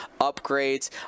upgrades